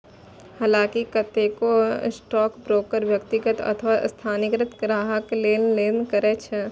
हलांकि कतेको स्टॉकब्रोकर व्यक्तिगत अथवा संस्थागत ग्राहक लेल लेनदेन करै छै